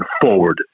forward